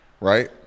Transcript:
right